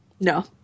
No